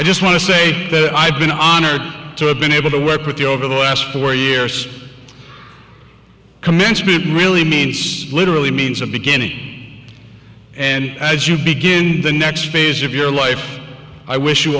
i just want to say that i've been honored to have been able to work with you over the last four years commencement really means literally means a beginning and as you begin the next phase of your life i wish you